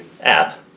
app